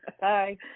Bye